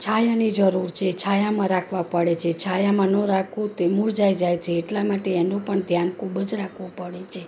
છાયાની જરૂર છે છાયામાં રાખવા પડે છે છાયામાં ન રાખો તે મુરઝાઈ જાય છે એટલા માટે એનું પણ ધ્યાન ખૂબ જ રાખવું પડે છે